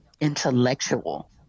intellectual